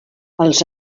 els